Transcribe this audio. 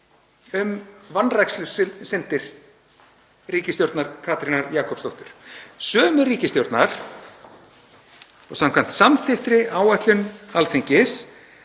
um vanrækslusyndir ríkisstjórnar Katrínar Jakobsdóttur, sömu ríkisstjórnar og samkvæmt samþykktri áætlun Alþingis